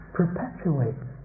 perpetuates